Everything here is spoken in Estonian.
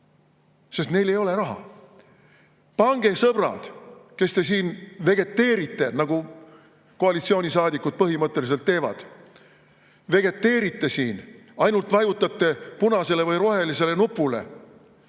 sest neil ei ole raha. Sõbrad, kes te siin vegeteerite, nagu koalitsioonisaadikud põhimõtteliselt teevad, vegeteerivad siin, ainult vajutavad punasele või rohelisele nupule: